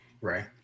Right